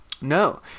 No